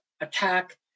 attack